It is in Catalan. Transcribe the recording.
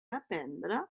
aprendre